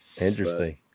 interesting